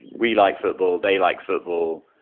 we like football, they like football,